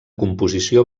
composició